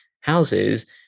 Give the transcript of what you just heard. houses